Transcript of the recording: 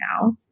now